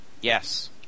Yes